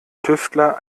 tüftler